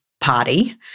party